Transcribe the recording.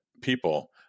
people